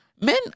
Men